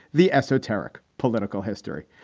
the esoteric political history.